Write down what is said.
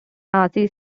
nazi